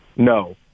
No